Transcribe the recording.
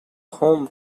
home